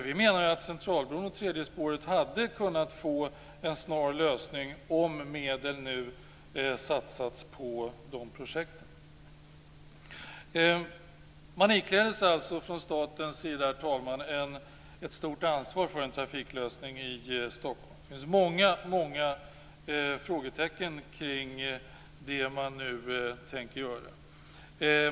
Vi menar att Centralbron och tredje spåret hade kunnat få en snar lösning om medel nu satsats på dessa projekt. Herr talman! Staten ikläder sig alltså ett stort ansvar för en trafiklösning i Stockholm. Det finns många frågetecken kring det man nu tänker göra.